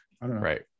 Right